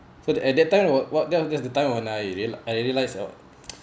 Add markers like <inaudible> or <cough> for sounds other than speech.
so at that time w~ what then that was the time when I uh rea~ I realize uh <noise>